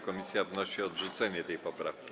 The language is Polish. Komisja wnosi o odrzucenie tej poprawki.